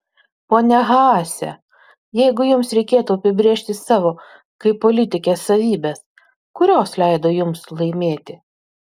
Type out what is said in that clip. ponia haase jeigu jums reikėtų apibrėžti savo kaip politikės savybes kurios leido jums laimėti